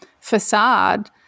facade